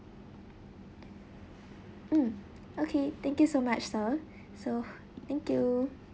mm okay thank you so much sir so thank you